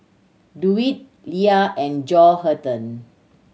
Dewitt Leia and Johathan